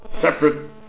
separate